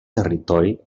territori